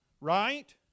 Right